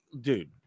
dude